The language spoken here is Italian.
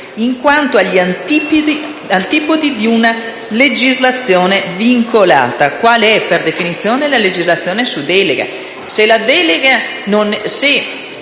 in quanto agli antipodi di una legislazione vincolata, qual è, per definizione, la legislazione su delega».